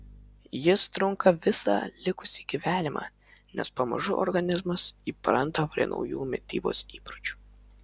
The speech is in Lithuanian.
jis trunka visą likusį gyvenimą nes pamažu organizmas įpranta prie naujų mitybos įpročių